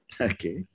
Okay